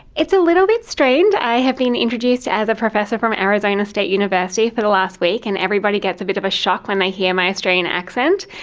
it's a little bit strange. i have been introduced as a professor from arizona state university for the last week and everybody gets a bit of a shock when they hear my australian accent,